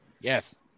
Yes